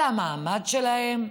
על המעמד שלהן?